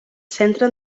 centra